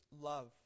love